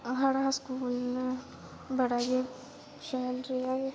साढ़ा स्कूल बड़ा गै शैल रेहा